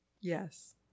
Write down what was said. yes